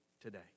today